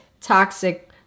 toxic